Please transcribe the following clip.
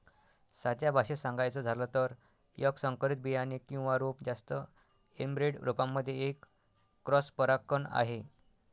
साध्या भाषेत सांगायचं झालं तर, एक संकरित बियाणे किंवा रोप जास्त एनब्रेड रोपांमध्ये एक क्रॉस परागकण आहे